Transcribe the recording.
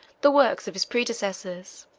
the works of his predecessors.